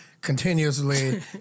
continuously